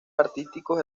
artísticos